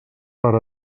per